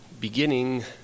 beginning